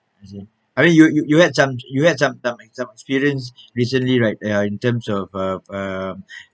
as in I mean you you you may have some you may have some some experience recently right uh in terms of of uh